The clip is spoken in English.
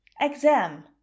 Exam